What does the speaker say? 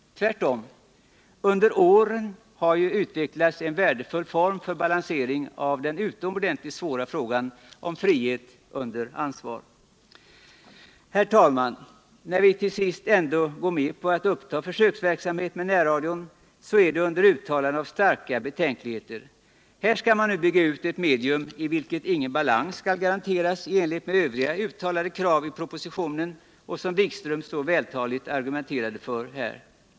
Tvärtom! Under åren har ju utvecklats en värdefull form för balansering av den utomordentligt svåra frågan om frihet och ansvar. Herr talman! När vi till sist ändå går med på att uppta försöksverksamhet med närradion så är det under uttalande av starka betänkligheter. Här skall man nu bygga ut ett medium i vilket ingen balans skall garanteras — i enlighet med i övrigt uttalade krav i propositionen — och som Jan-Erik Wikström så vältaligt argumenterade för här.